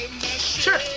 Sure